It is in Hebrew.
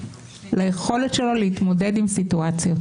ליכולת שלו להתמודד עם סיטואציות.